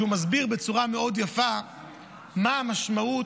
שמסביר בצורה יפה מאוד מה המשמעות